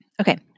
Okay